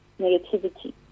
negativity